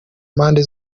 mpande